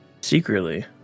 Secretly